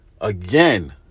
again